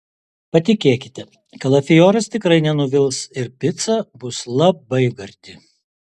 patikėkite kalafioras tikrai nenuvils ir pica bus labai gardi